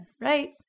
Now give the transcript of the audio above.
right